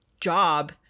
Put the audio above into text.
job